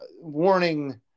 warning